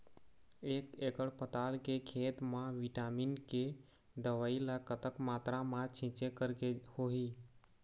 एक एकड़ पताल के खेत मा विटामिन के दवई ला कतक मात्रा मा छीचें करके होही?